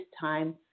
time